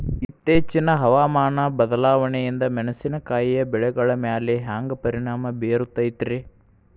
ಇತ್ತೇಚಿನ ಹವಾಮಾನ ಬದಲಾವಣೆಯಿಂದ ಮೆಣಸಿನಕಾಯಿಯ ಬೆಳೆಗಳ ಮ್ಯಾಲೆ ಹ್ಯಾಂಗ ಪರಿಣಾಮ ಬೇರುತ್ತೈತರೇ?